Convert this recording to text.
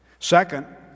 Second